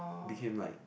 became like